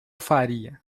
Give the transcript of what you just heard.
faria